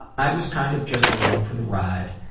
i was kind of just along for the ride.